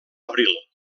abril